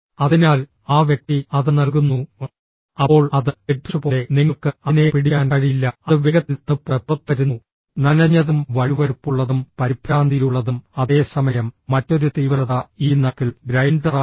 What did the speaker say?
അതിനാൽ ആ വ്യക്തി അത് നൽകുന്നു അപ്പോൾ അത് ഡെഡ്ഫിഷ് പോലെ നിങ്ങൾക്ക് അതിനെ പിടിക്കാൻ കഴിയില്ല അത് വേഗത്തിൽ തണുപ്പോടെ പുറത്തുവരുന്നു നനഞ്ഞതും വഴുവഴുപ്പുള്ളതും പരിഭ്രാന്തിയുള്ളതും അതേസമയം മറ്റൊരു തീവ്രത ഈ നക്കിൾ ഗ്രൈൻഡറാണ്